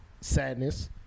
sadness